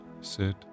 sit